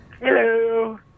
hello